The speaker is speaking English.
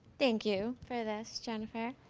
thank you for this jennifer.